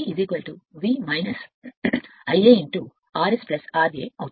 కాబట్టి ఇది Eb V Ia R S ra